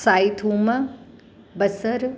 साई थूम बसरु